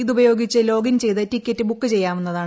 ഇതുപയോഗിച്ച് ലോഗിൻ ചെയ്ത് ticket book ചെയ്യാവുന്നതാണ്